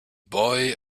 boy